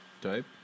type